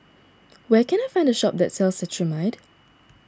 where can I find a shop that sells Cetrimide